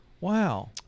Wow